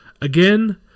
again